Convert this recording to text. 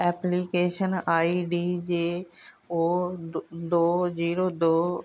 application I D J O ਦ ਦੋ zero ਦੋ